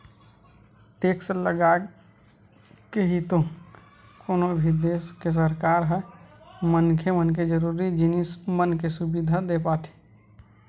tax लगाके ही तो कोनो भी देस के सरकार ह मनखे मन के जरुरी जिनिस मन के सुबिधा देय पाथे